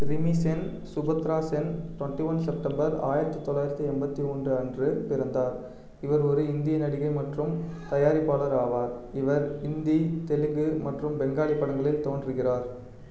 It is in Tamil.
Rimi Sen Subhadra Sen twenty one September ஆயிரத்தி தொள்ளாயிரத்தி எண்பத்தி ஒன்று அன்று பிறந்தார் இவர் ஒரு இந்திய நடிகர் மற்றும் தயாரிப்பாளர் ஆவார் இவர் இந்தி தெலுங்கு மற்றும் பெங்காலி படங்களில் தோன்றுகிறார்